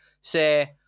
say